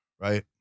right